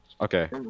Okay